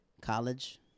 College